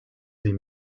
des